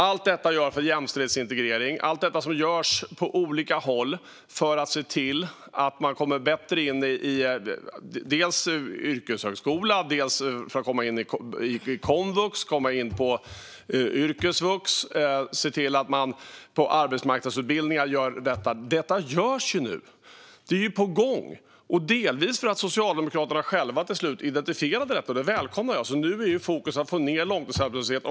Allt detta som görs för jämställdhetsintegrering och allt detta som görs på olika håll för att se till att man lättare kommer in på yrkeshögskola, på komvux och yrkesvux och på arbetsmarknadsutbildningar, detta görs ju nu. Det är ju på gång, delvis för att Socialdemokraterna själva till slut identifierade detta. Det välkomnar jag. Nu är fokus på att få ned långtidsarbetslösheten.